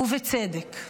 ובצדק.